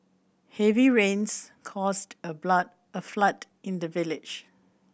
heavy rains caused a blood a flood in the village